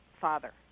father